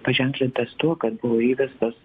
paženklintas tuo kad buvo įvestos